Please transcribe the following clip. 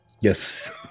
Yes